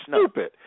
stupid